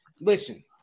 listen